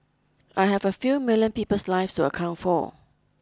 I have a few million people's lives to account for